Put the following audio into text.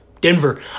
Denver